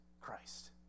Christ